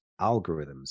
algorithms